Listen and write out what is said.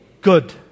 good